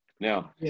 Now